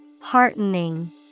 Heartening